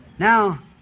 Now